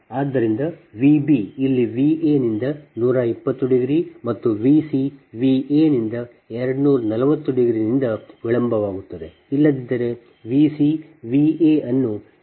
ಆದ್ದರಿಂದ Vb ಇಲ್ಲಿVa ನಿಂದ 120 ಮತ್ತುVc Vaನಿಂದ 240ನಿಂದ ವಿಳಂಬವಾಗುತ್ತದೆ ಇಲ್ಲದಿದ್ದರೆ Vc Va ಅನ್ನು 120ನಿಂದ ಮುನ್ನಡೆಸುತ್ತದೆ